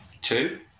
two